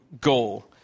goal